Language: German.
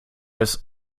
des